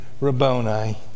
Rabboni